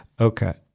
Okay